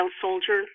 soldier